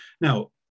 Now